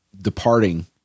departing